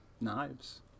knives